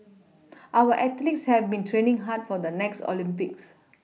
our athletes have been training hard for the next Olympics